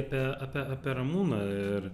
apie apie apie ramūną ir